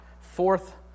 fourth